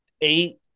Eight